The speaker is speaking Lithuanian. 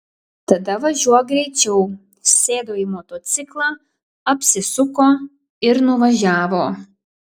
tada važiuok greičiau sėdo į motociklą apsisuko ir nuvažiavo